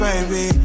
Baby